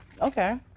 Okay